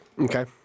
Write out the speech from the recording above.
Okay